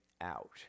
out